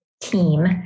team